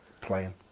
playing